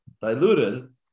diluted